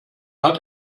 hat